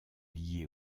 liée